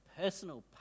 personal